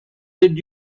did